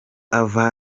ava